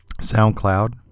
SoundCloud